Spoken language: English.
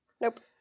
Nope